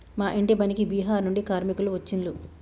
మా ఇంటి పనికి బీహార్ నుండి కార్మికులు వచ్చిన్లు